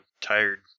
tired